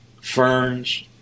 ferns